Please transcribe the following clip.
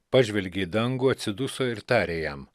pažvelgė į dangų atsiduso ir tarė jam